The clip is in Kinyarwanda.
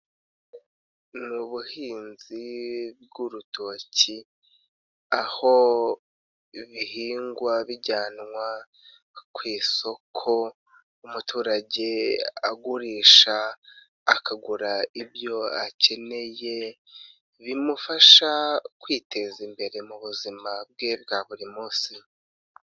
Ni ubuhinzi bw'urutoki, aho bihingwa bijyanwa ku isoko, umuturage agurisha akagura ibyo akeneye, bimufasha kwiteza imbere mu buzima bwe bwa buri munsi.